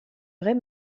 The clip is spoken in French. vrais